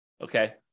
Okay